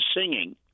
singing